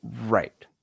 Right